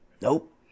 nope